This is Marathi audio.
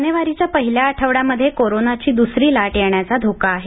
जानेवारीच्या पहिल्या आठवड्यामध्ये कोरोनाची दुसरी लाट येण्याचा धोका आहे